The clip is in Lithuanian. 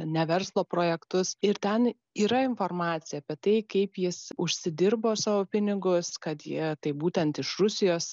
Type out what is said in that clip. ne verslo projektus ir ten yra informacija apie tai kaip jis užsidirbo savo pinigus kad jie tai būtent iš rusijos